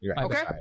Okay